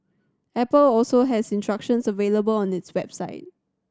apple also has instructions available on its website